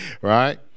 right